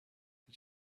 did